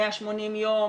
180 יום,